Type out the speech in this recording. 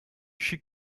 she